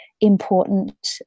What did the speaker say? important